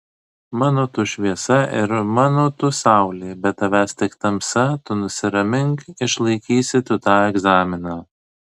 mano tu šviesa ir mano tu saulė be tavęs tik tamsa tu nusiramink išlaikysi tu tą egzaminą